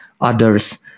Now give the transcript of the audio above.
others